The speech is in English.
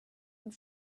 and